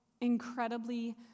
incredibly